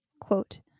quote